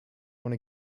wanna